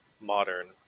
Modern